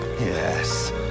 Yes